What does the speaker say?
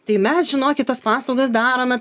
tai mes žinokit tas paslaugas darome